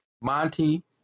Monty